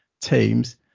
teams